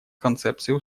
концепцией